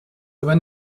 aber